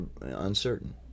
uncertain